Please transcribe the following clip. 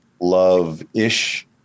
love-ish